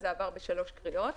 זה עבר בשלוש קריאות,